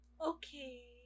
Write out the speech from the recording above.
Okay